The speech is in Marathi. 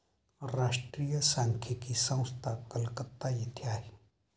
राष्ट्रीय सांख्यिकी संस्था कलकत्ता येथे आहे